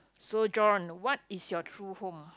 so John what is your true home